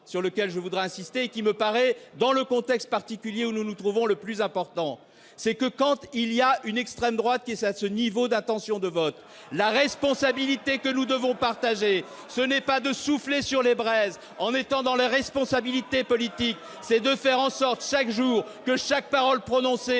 sur lequel je veux insister et qui me paraît, dans le contexte particulier où nous nous trouvons, le plus important : quand l'extrême droite est à ce niveau d'intentions de vote, ... La faute à qui ?... la responsabilité que nous devons partager, ce n'est pas de souffler sur les braises en étant dans les responsabilités politiques, c'est de faire en sorte jour après jour que chaque parole prononcée